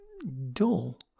dull